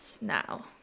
now